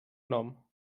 nom